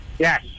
Yes